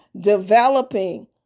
developing